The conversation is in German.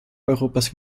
europas